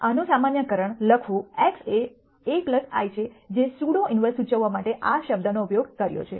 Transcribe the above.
આનું સામાન્યકરણ લખવું x એ A I છે જે સ્યુડો ઇન્વર્સ સૂચવવા માટે આ શબ્દનો ઉપયોગ કર્યો છે